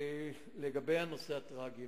לגבי הנושא הטרגי,